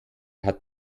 hat